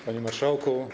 Panie Marszałku!